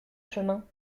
chemin